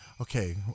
okay